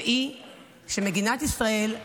והיא שמדינת ישראל,